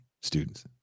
students